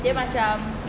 dia macam